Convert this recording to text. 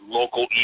local